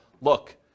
look